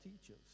teaches